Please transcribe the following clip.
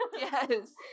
Yes